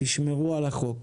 תשמרו על החוק.